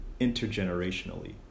intergenerationally